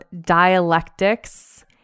dialectics